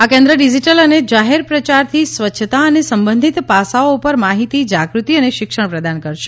આ કેન્દ્ર ડિજિટલ અને જાહેર પ્રયારથી સ્વચ્છતા અને સંબંધિત પાસાઓ પર માહિતી જાગૃતિ અને શિક્ષણ પ્રદાન કરશે